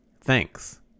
Thanks